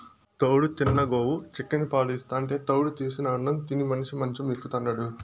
తౌడు తిన్న గోవు చిక్కని పాలు ఇస్తాంటే తౌడు తీసిన అన్నం తిని మనిషి మంచం ఎక్కుతాండాడు